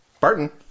Barton